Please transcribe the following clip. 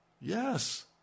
Yes